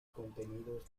contenidos